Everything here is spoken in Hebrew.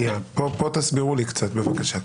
פה תסבירו לי קצת, בבקשה.